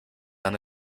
han